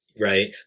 Right